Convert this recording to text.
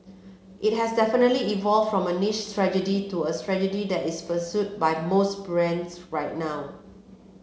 it has definitely evolved from a niche strategy to a strategy that is pursued by most brands right now